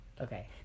Okay